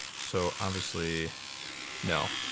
so obviously no.